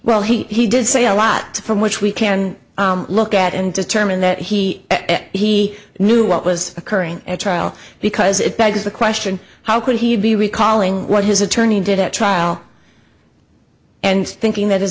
well he did say a lot from which we can look at and determine that he he knew what was occurring at trial because it begs the question how could he be recalling what his attorney did at trial and thinking that his